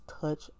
touch